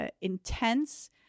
intense